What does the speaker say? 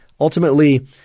Ultimately